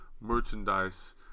merchandise